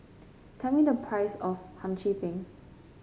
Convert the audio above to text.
tell me the price of Hum Chim Peng